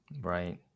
Right